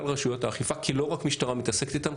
רשויות אכיפה כי לא רק משטרה מתעסקת איתם,